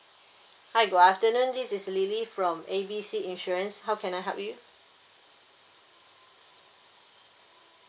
hi good afternoon this is lily from A B C insurance how can I help you